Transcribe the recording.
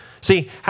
See